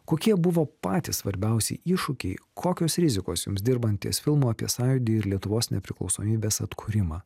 kokie buvo patys svarbiausi iššūkiai kokios rizikos jums dirbant ties filmu apie sąjūdį ir lietuvos nepriklausomybės atkūrimą